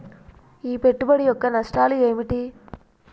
ఈ పెట్టుబడి యొక్క నష్టాలు ఏమిటి?